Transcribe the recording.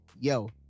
Yo